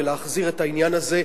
ולהחזיר את העניין הזה,